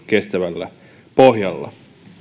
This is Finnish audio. kestävällä pohjalla